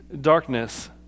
darkness